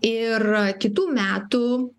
ir kitų metų